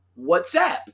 WhatsApp